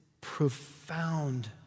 profound